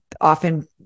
often